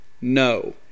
No